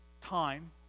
time